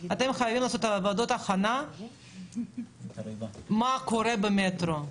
אתם חייבים לעשות עבודת הכנה לגבי מה קורה במטרו.